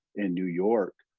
and new york.